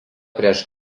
prieš